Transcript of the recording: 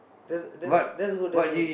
that that's that's good that's good